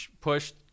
pushed